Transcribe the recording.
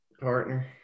partner